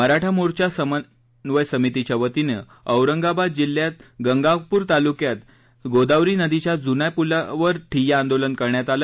मराठा मोर्चा समन्वय समितीच्यावतीनं औरंगाबाद जिल्ह्यात गंगापूर तालुक्यात कायगाव गोदावरी नदीच्या जुन्या पुलावर ठिय्या आंदोलन करण्यात आलं